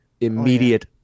immediate